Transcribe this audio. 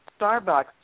Starbucks